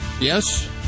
Yes